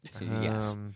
Yes